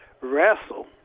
wrestle